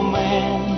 man